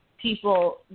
people